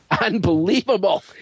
Unbelievable